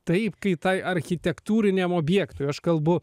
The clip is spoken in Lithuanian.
taip kai tai architektūriniam objektui aš kalbu